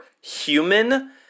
human